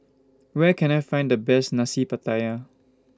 Where Can I Find The Best Nasi Pattaya